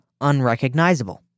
unrecognizable